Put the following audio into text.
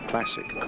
Classic